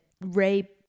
rape